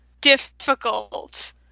difficult